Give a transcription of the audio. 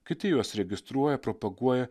kiti juos registruoja propaguoja